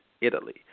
Italy